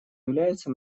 является